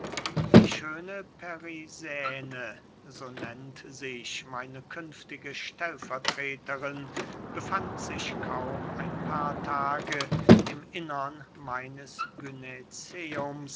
die schöne perisäne so nennt sich meine künftige stellvertreterin befand sich kaum ein paar tage im innern meines